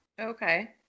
Okay